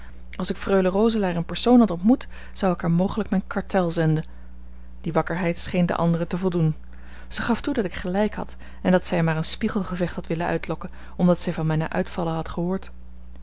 als ik freule roselaer in persoon had ontmoet zou ik haar mogelijk mijn cartel zenden die wakkerheid scheen de andere te voldoen zij gaf toe dat ik gelijk had en dat zij maar een spiegelgevecht had willen uitlokken omdat zij van mijne uitvallen had gehoord